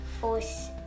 force